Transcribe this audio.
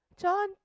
John